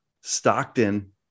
Stockton